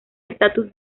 estatus